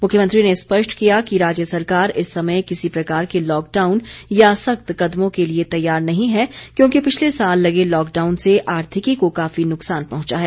मुख्यमंत्री ने स्पष्ट किया कि राज्य सरकार इस समय किसी प्रकार के लॉकडॉउन या सख्त कदमों के लिए तैयार नहीं है क्योंकि पिछले साल लगे लॉकडाउन से आर्थिकी को काफी नुकसान पहुंचा है